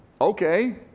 okay